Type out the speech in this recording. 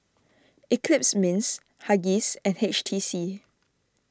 Eclipse Mints Huggies and H T C